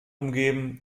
umgeben